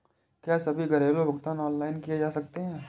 क्या सभी घरेलू भुगतान ऑनलाइन किए जा सकते हैं?